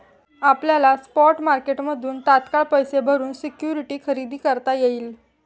आपल्याला स्पॉट मार्केटमधून तात्काळ पैसे भरून सिक्युरिटी खरेदी करता येईल